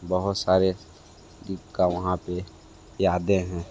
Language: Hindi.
बहुत सारे का वहाँ पे यादें हैं